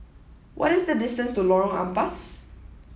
what is the distance to Lorong Ampas